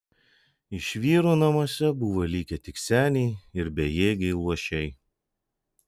iš vyrų namuose buvo likę tik seniai ir bejėgiai luošiai